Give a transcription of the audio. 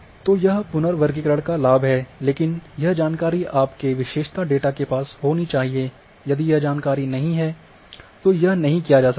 तो यह पुनर्वर्गीकरण का लाभ है लेकिन यह जानकारी आपके विशेषता डेटा के पास होनी चाहिए यदि यह जानकारी नहीं है तो यह नहीं किया जा सकता है